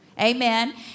Amen